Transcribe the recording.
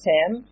Tim